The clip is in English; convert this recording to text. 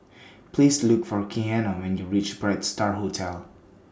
Please Look For Keanna when YOU REACH Bright STAR Hotel